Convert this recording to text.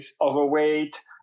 overweight